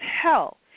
hell